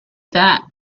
that